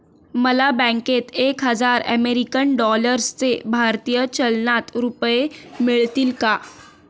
मला बँकेत एक हजार अमेरीकन डॉलर्सचे भारतीय चलनात रुपये मिळतील का?